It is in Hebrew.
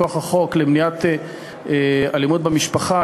מכוח החוק למניעת אלימות במשפחה,